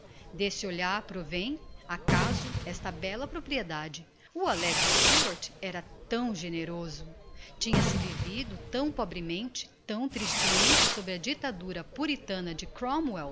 d'esse olhar provém acaso esta bella propriedade o alegre stuart era tão generoso tinha-se vivido tão pobremente tão tristemente sob a dictadura puritana